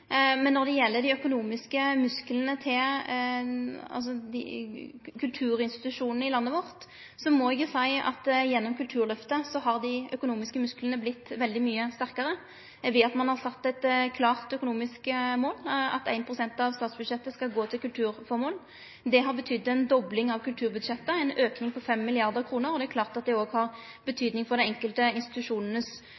Men når det gjeld dei økonomiske musklane til kulturinstitusjonane i landet vårt, må eg seie at dei gjennom Kulturløftet har vorte veldig mykje sterkare ved at ein har sett eit klart økonomisk mål – at 1 pst. av statsbudsjettet skal gå til kulturformål. Det har betydd ei dobling av kulturbudsjettet, ein auke på 5 mrd. kr. Det er klart at det òg har